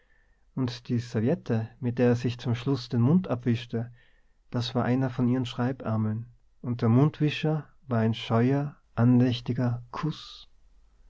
und die serviette mit der er sich zum schluß den mund abwischte das war einer von ihren schreibärmeln und der mundwischer war ein scheuer andächtiger kuß